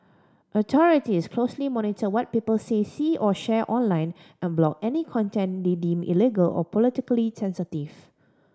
authorities closely monitor what people say see or share online and block any content they deem illegal or politically sensitive